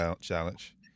challenge